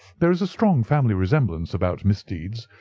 there is a strong family resemblance about misdeeds,